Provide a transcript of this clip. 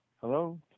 Hello